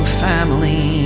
family